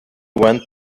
went